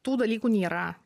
tų dalykų nėra